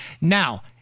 Now